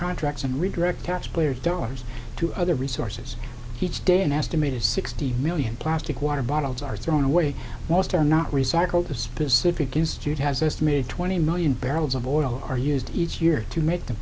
contracts and redirect taxpayer dollars to other resources each day and asked to meet a sixty million plastic water bottles are thrown away most are not recycled to specific use jude has estimated twenty million barrels of oil are used each year to make the